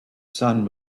sun